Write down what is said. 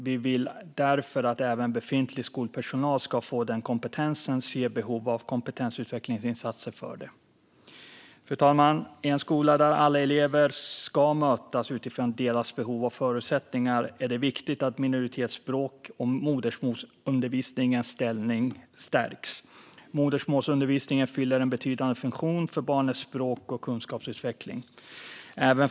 Vi vill därför att även befintlig skolpersonal ska få den kompetensen och ser behov av kompetensutvecklingsinsatser för detta. Fru talman! I en skola där alla elever ska mötas utifrån sina behov och förutsättningar är det viktigt att minoritetsspråkens och modersmålsundervisningens ställning stärks. Modersmålsundervisningen fyller en betydande funktion för barnets språk och kunskapsutveckling.